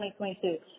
2022